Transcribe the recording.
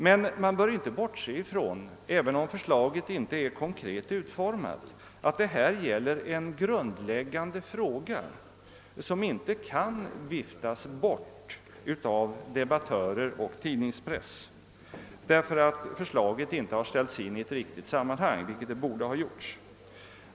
Men man bör inte bortse från även om förslaget inte är konkret utformat — att det här gäller en grundläggande fråga som inte kan viftas bort av debattörer och tidningspress därför att förslaget inte ställts in i ett riktigt sammanhang, något som borde ha skett.